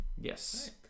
yes